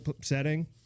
setting